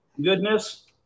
goodness